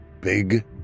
big